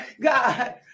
god